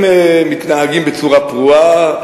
הם מתנהגים בצורה פרועה,